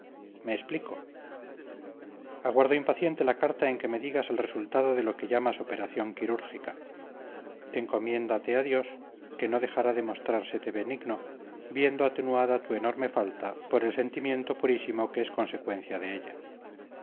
me explico aguardo impaciente la carta en que me digas el resultado de lo que llamas operación quirúrgica encomiéndate a dios que no dejará de mostrársete benigno viendo atenuada tu enorme falta por el sentimiento purísimo que es consecuencia de ella